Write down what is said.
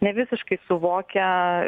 nevisiškai suvokia